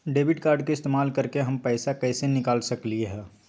Debit card के इस्तेमाल करके हम पैईसा कईसे निकाल सकलि ह?